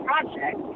project